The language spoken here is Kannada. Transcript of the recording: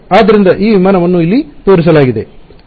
ಆದ್ದರಿಂದ ಈ ವಿಮಾನವನ್ನು ಇಲ್ಲಿ ತೋರಿಸಲಾಗಿದೆ